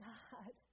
God